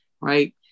right